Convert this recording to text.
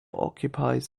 occupies